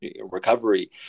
recovery